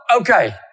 okay